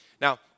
now